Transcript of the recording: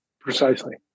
Precisely